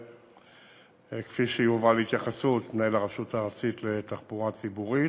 כפי שהועברה להתייחסות מנהל הרשות הארצית לתחבורה ציבורית,